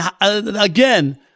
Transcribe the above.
again